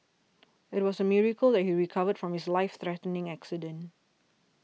it was a miracle that he recovered from his life threatening accident